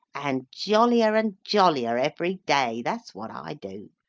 and jollier and jollier, every day that's what i do!